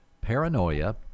paranoia